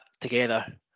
together